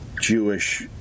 Jewish